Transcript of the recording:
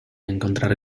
encontrar